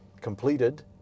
completed